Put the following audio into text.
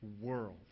world